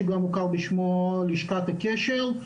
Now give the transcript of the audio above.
שגם מוכר בשמו לשכת הקשר.